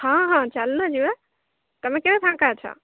ହଁ ହଁ ଚାଲୁନ ଯିବା ତମେ କେବେ ଫାଙ୍କା ଅଛ